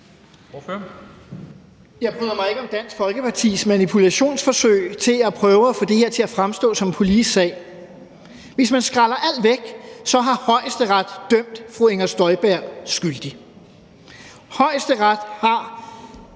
Jeg bryder mig ikke om Dansk Folkepartis manipulationsforsøg på at prøve at få det her til at fremstå som en politisk sag. Hvis man skræller alt væk, har Højesteret dømt fru Inger Støjberg skyldig. Højesteret har